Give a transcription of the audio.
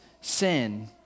sin